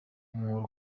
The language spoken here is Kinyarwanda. umuhoro